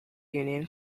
union